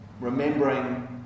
remembering